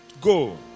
go